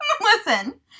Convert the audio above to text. listen